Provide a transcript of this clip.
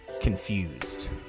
Confused